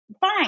Fine